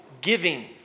giving